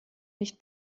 nicht